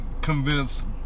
convince